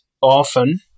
often